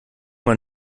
man